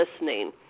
listening